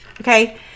Okay